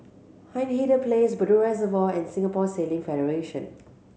Hindhede Place Bedok Reservoir and Singapore Sailing Federation